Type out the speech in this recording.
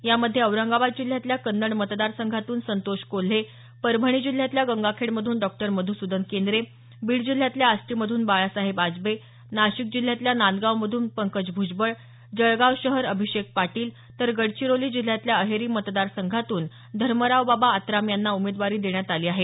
यामध्ये औरंगाबाद जिल्ह्यातल्या कन्नड मतदार संघातून संतोष कोल्हे परभणी जिल्ह्यातल्या गंगाखेडमधून डॉ मधुसूदन केंद्रे बीड जिल्ह्यातल्या आष्टीमधून बाळासाहेब आजबे नाशिक जिल्ह्यातल्या नांदगावमधून पंकज भूजबळ जळगाव शहर अभिषेक पाटील तर गडचिरोली जिल्ह्यातल्या अहेरी मतदार संघातून धर्मरावबाबा आत्राम यांना उमेदवारी देण्यात आली आहे